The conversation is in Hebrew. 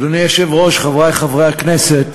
אדוני היושב-ראש, חברי חברי הכנסת,